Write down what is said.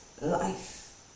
life